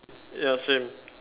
ya same